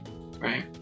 right